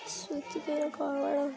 switch ಬೇರೆ ಕಾಣೋಲ್ಲ